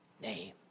name